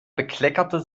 bekleckert